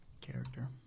Character